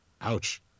Ouch